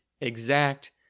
exact